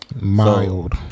Mild